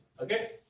Okay